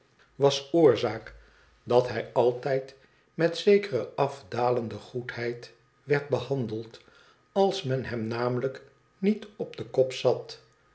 was oorzaak dat hij altijd met zekere afdalende goedheid werd behandeld als men hem namelijk niet op den kop zat